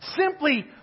simply